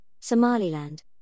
Somaliland